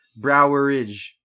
Broweridge